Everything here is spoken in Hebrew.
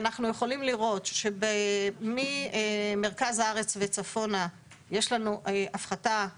ואנחנו יכולים לראות שממרכז הארץ וצפונה יש לנו מגמה